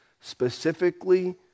specifically